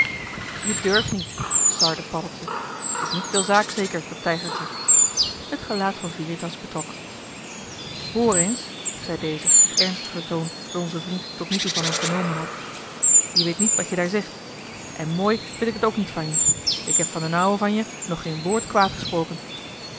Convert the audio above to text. je durft niet sarde paddeltje t is niet veel zaaks zeker dat tijgertje het gelaat van veritas betrok hoor eens zei deze op ernstiger toon dan onze vriend tot nu toe van hem vernomen had je weet joh h been paddeltje de scheepsjongen van michiel de ruijter niet wat je daar zegt en mooi vind ik het ook niet van je ik heb van d'n ouwe van je nog geen woord kwaad gesproken